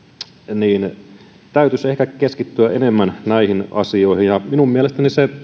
niin täytyisi ehkä keskittyä enemmän näihin asioihin minun mielestäni se